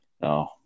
no